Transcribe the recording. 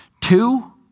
Two